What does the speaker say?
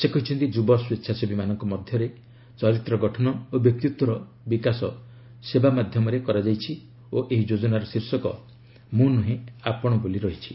ସେ କହିଛନ୍ତି ଯୁବ ସ୍ୱେଚ୍ଛାସେବୀମାନଙ୍କ ମଧ୍ୟରେ ଚରିତ୍ରଗଠନ ଓ ବ୍ୟକ୍ତିତ୍ୱର ବିକାଶ ସେବା ମାଧ୍ୟମରେ କରାଯାଇଛି ଓ ଏହି ଯୋଜନାର ଶୀର୍ଷକ 'ମୁଁ ନୁହେଁ ଆପଣ' ରହିଛି